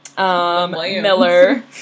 Miller